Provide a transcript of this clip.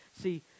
See